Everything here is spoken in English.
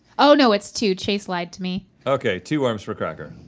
oh no it's two, chase lied to me. okay two worms per cracker.